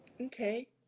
Okay